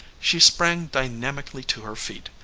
she sprang dynamically to her feet,